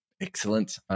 excellent